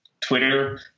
Twitter